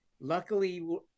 Luckily